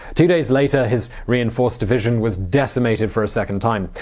two days later his reinforced division was decimated for a second time.